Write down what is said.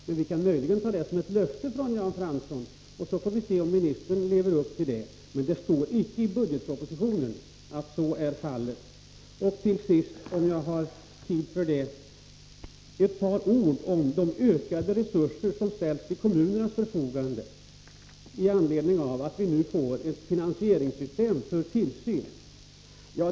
Vi kanske kan ta Jan Franssons uttalande som ett löfte härom, så får vi se om ministern lever upp till det. Till sist några ord om de ökade resurser som ställs till kommunernas förfogande i anledning av att vi nu får ett finansieringssystem för tillsynen.